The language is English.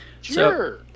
Sure